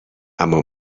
اما